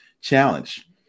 challenge